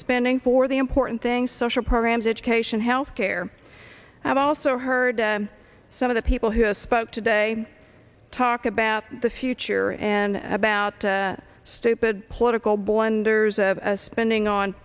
spending for the important things social programs education health care and i've also heard some of the people who spoke today talk about the future and about stupid political blunders of spending on